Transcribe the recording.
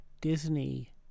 Disney